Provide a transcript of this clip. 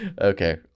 Okay